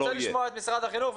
אני רוצה לשמוע את משרד החינוך.